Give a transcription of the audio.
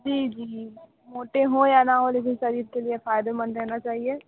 जी जी मोटे हो या ना हो शरीर के लिए फायदेमंद रहना चाहिए